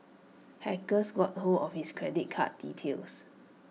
hackers got hold of his credit card details